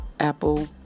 apple